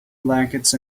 blankets